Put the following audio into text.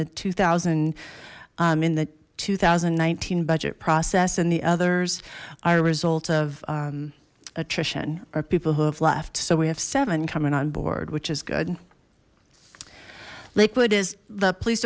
the two thousand in the two thousand and nineteen budget process and the others are result of attrition or people who have left so we have seven coming on board which is good lakewood is the police